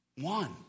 One